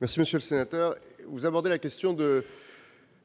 Monsieur le sénateur, vous abordez plusieurs questions :